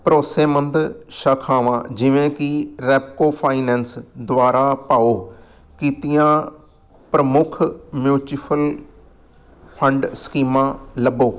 ਭਰੋਸੇਮੰਦ ਸ਼ਾਖਾਵਾਂ ਜਿਵੇਂ ਕਿ ਰੈਪਕੋ ਫਾਈਨੈਂਸ ਦੁਆਰਾ ਭਾਓ ਕੀਤੀਆਂ ਪ੍ਰਮੁੱਖ ਮਿਉਚੁਫਲ ਫੰਡ ਸਕੀਮਾਂ ਲੱਭੋ